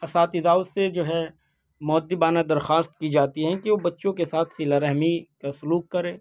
اساتذاؤں سے جو ہے مؤدبانہ درخواست کی جاتی ہیں کہ وہ بچّوں کے ساتھ صلہ رحمی کا سلوک کریں